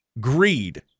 greed